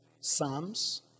Psalms